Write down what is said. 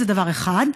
זה דבר אחד.